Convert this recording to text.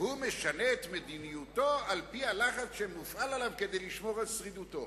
שהוא משנה את מדיניותו על-פי הלחץ שמופעל עליו כדי לשמור על שרידותו?